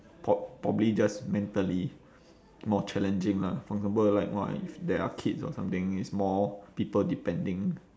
pro~ probably just mentally more challenging lah for example like !wah! if there are kids or something it's more people depending